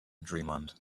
dreamland